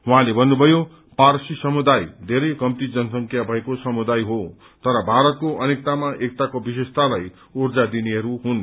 उहाँले भन्नुभयो पारसी समुदाय बेरै कम्ती जनसंख्या भएको समुदाय हो तर भारतको अनेकतामा एकताको विशेषतालाई उर्जा दिनेहरू हुन्